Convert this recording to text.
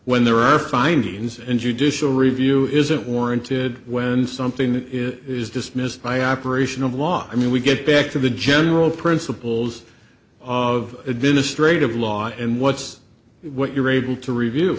when there are findings in judicial review isn't warranted when something is dismissed by operation of law i mean we get back to the general principles of administrative law and what's what you're able to review